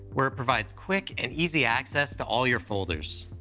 where it provides quick and easy access to all your folders.